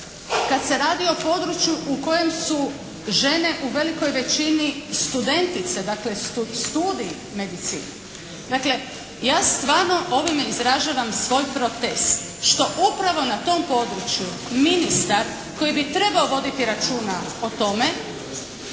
Kad se radi o području u kojem su žene u velikoj većini studentice, dakle studij medicine. Dakle ja stvarno ovime izražavam svoj protest što upravo na tom području ministar koji bi trebao voditi računa o tome